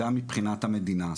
גם מבחינת המדינה.